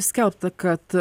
skelbta kad